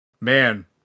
Man